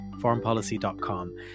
foreignpolicy.com